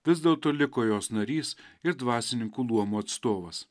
vis dėlto liko jos narys ir dvasininkų luomo atstovas